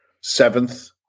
seventh